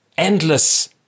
Endless